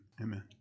Amen